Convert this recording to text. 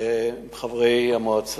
שהם חברי המועצה.